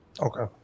Okay